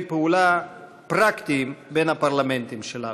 פעולה פרקטיים בין הפרלמנטים שלנו.